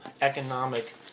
economic